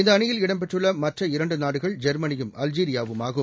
இந்த அணியில் இடம்பெற்றுள்ள மற்ற இரண்டு நாடுகள் ஜெர்மனியும் அல்ஜீரியாவும் ஆகும்